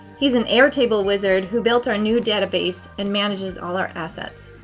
he's an airtable wizard who built our new database and manages all our assets.